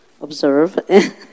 observe